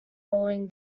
following